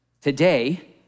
today